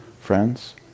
Friends